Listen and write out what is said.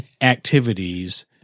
activities